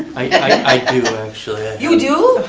i do actually. you and do?